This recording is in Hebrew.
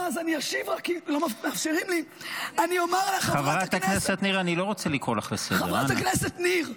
אני אשיב רק כי לא מאפשרים לי ------ חברת הכנסת ניר,